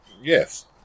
yes